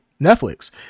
netflix